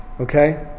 okay